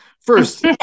first